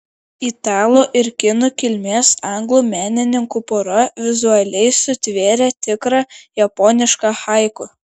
italų ir kinų kilmės anglų menininkų pora vizualiai sutvėrė tikrą japonišką haiku